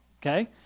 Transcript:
Okay